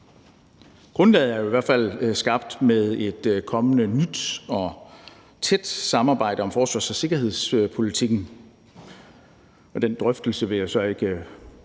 Grundlaget er i hvert fald skabt med et kommende nyt og tæt samarbejde om forsvars- og sikkerhedspolitikken,